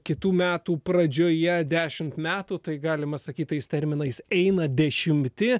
kitų metų pradžioje dešimt metų tai galima sakyt tais terminais eina dešimti